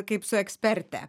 kaip su eksperte